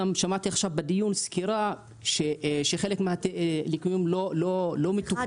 גם שמעתי עכשיו בדיון סקירה שחלק מהליקויים לא מתוקנים.